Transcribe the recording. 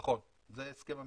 נכון, זה ההסכם המקורי.